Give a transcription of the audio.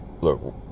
look